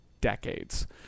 decades